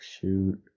shoot